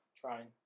Trying